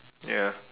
ya